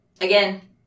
again